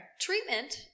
Treatment